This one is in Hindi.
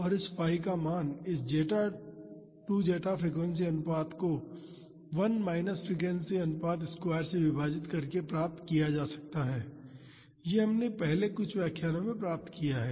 और 𝜙 का मान इस 2 जेटा फ्रीक्वेंसी अनुपात को 1 माइनस फ्रीक्वेंसी अनुपात स्क्वायर से विभाजित करके प्राप्त किया गया था यह हमने अपने पिछले व्याख्यानों में प्राप्त किया है